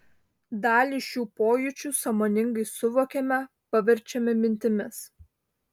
dalį šių pojūčių sąmoningai suvokiame paverčiame mintimis